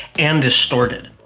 and distorted.